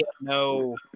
no